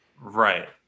right